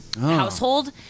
household